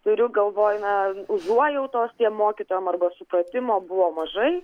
turiu galvoj na užuojautos tiem mokytojam arba supratimo buvo mažai